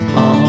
on